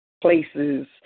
places